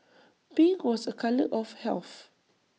pink was A colour of health